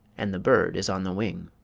and the bird is on the wing.